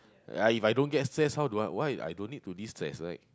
ya If I don't get stress how do I why I don't need to destress right